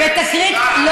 אני מגן על היצירה.